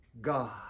God